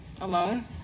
Alone